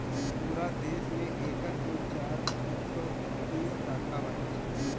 पूरा देस में एकर दो हज़ार चार सौ इक्कीस शाखा बाटे